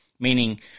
Meaning